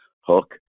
Hook